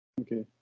Okay